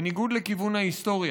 בניגוד לכיוון ההיסטוריה.